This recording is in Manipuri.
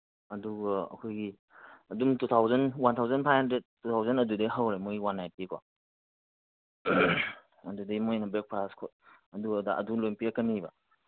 ꯑꯗꯨꯒ ꯑꯩꯈꯣꯏꯒꯤ ꯑꯗꯨꯝ two thousand one thousand five hundred two thousand ꯑꯗꯨꯗꯩ ꯍꯧꯔꯦ ꯃꯣꯏ ꯋꯥꯟ ꯅꯥꯏꯠꯀꯤ ꯀꯣ ꯑꯗꯨꯗꯩ ꯃꯣꯏꯅ ꯕ꯭ꯔꯦꯛꯐꯥꯁ ꯑꯗꯨ ꯑꯗꯥ ꯑꯗꯨ ꯂꯣꯏ ꯄꯤꯔꯛꯀꯅꯤ